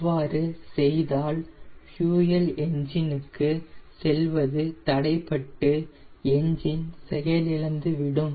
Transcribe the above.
அவ்வாறு செய்தால் fuel engine க்கு செல்வது தடைப்பட்டு என்ஜின் செயலிழந்துவிடும்